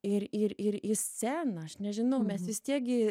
ir ir ir į sceną aš nežinau mes vis tiek gi